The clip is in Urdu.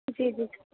جی جی